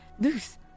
loose